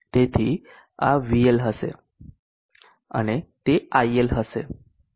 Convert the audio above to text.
તેથી આ VL હશે અને તે IL હશે